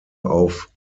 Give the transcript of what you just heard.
auf